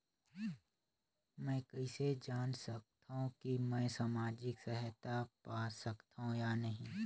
मै कइसे जान सकथव कि मैं समाजिक सहायता पा सकथव या नहीं?